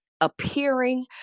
appearing